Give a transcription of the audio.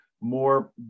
More